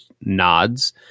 nods